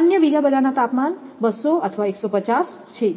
અન્ય બીજા બધાના 200 અથવા 150 છે